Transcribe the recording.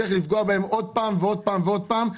צריך לפגוע בהם עוד פעם ועוד פעם ועוד פעם?